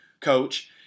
coach